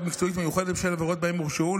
מקצועית מיוחדת בשל עבירות שבהן הורשעו,